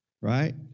Right